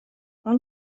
اون